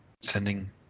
sending